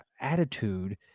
attitude